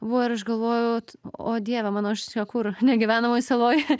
buvo ir aš galvoju o dieve mano aš čia kur negyvenamoj saloj